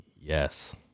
Yes